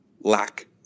lack